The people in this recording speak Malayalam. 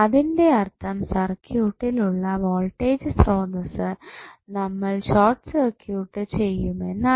അതിൻറെ അർത്ഥം സർക്യൂട്ടിൽ ഉള്ള വോൾടേജ് സ്രോതസ്സ് നമ്മൾ ഷോർട്ട് സർക്യൂട്ട് ചെയ്യുമെന്നാണ്